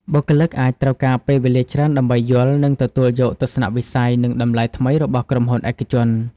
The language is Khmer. បុគ្គលិកអាចត្រូវការពេលវេលាច្រើនដើម្បីយល់ និងទទួលយកទស្សនៈវិស័យ និងតម្លៃថ្មីរបស់ក្រុមហ៊ុនឯកជន។